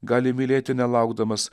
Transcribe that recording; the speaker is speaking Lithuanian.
gali mylėti nelaukdamas